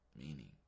meaning